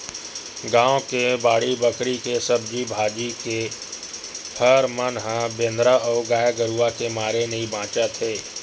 गाँव के बाड़ी बखरी के सब्जी भाजी, के फर मन ह बेंदरा अउ गाये गरूय के मारे नइ बाचत हे